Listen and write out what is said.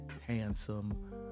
handsome